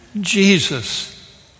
Jesus